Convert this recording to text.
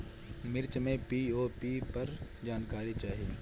मिर्च मे पी.ओ.पी पर जानकारी चाही?